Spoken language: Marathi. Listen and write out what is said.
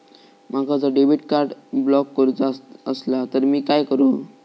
माका जर डेबिट कार्ड ब्लॉक करूचा असला तर मी काय करू?